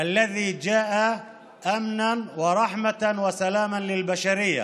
הזיכרון הראשון הוא זיכרון יום הולדת הנבחר,